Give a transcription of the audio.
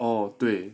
oh 对